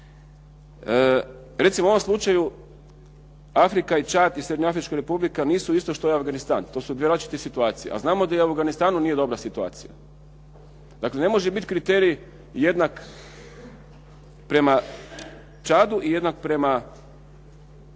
Recimo, u ovom slučaju Afrika i Čad i Srednjeafrička Republika nisu isto što i Afganistan. To su dvije različite situacije, a znamo da i u Afganistanu nije dobra situacija. Dakle, ne može bit kriterij jednak prema Čadu i jednak prema Afganistanu.